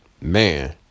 Man